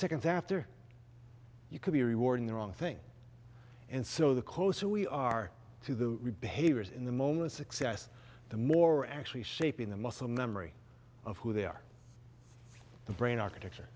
seconds after you could be rewarding the wrong thing and so the closer we are to the behaviors in the moment success the more actually shaping the muscle memory of who they are the brain architecture